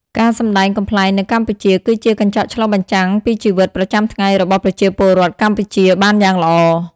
ការសម្ដែងកំប្លែងនៅកម្ពុជា គឺជាកញ្ចក់ឆ្លុះបញ្ចាំងពីជីវិតប្រចាំថ្ងៃរបស់ប្រជាពលរដ្ឋកម្ពុជាបានយ៉ាងល្អ។